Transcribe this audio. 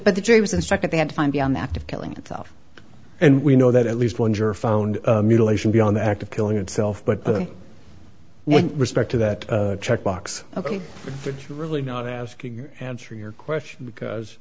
but the jury was instructed they had to find beyond that of killing itself and we know that at least one juror found mutilation beyond the act of killing itself but with respect to that check box ok it's really not asking answer your question because